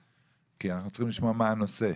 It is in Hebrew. כי אנחנו צריכים לשמוע מה הנושא.